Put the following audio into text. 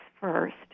first